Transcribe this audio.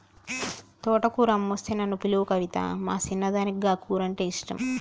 తోటకూర అమ్మొస్తే నన్ను పిలువు కవితా, మా చిన్నదానికి గా కూరంటే ఇష్టం